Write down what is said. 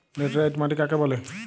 Laterite মাটি কাকে বলে?